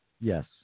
Yes